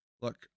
Look